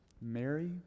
Mary